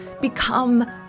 become